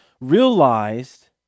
realized